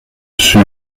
sucre